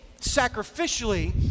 sacrificially